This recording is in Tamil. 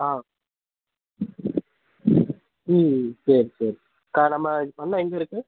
ஆ ம் சரி சரி க நம்ம பண்ண எங்கே இருக்கு